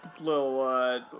little